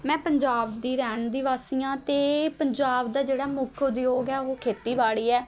ਮੈਂ ਪੰਜਾਬ ਦੀ ਰਹਿਣ ਦੀ ਵਾਸੀ ਹਾਂ ਅਤੇ ਪੰਜਾਬ ਦਾ ਜਿਹੜਾ ਮੁੱਖ ਉਦਯੋਗ ਹੈ ਉਹ ਖੇਤੀਬਾੜੀ ਹੈ